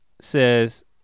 says